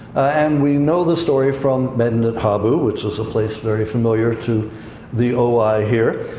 and we know the story from medinet habu, which is a place very familiar to the oi, here.